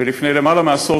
ולפני למעלה מעשור,